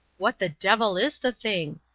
what the devil is the thing?